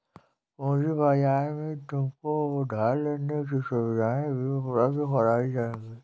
पूँजी बाजार में तुमको उधार लेने की सुविधाएं भी उपलब्ध कराई जाएंगी